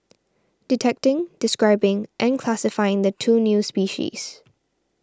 detecting describing and classifying the two new species